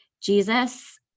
Jesus